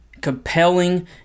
compelling